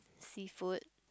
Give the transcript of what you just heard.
seafood